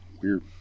weird